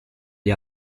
gli